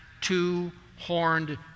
two-horned